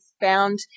found